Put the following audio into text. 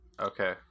okay